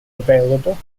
available